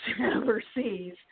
overseas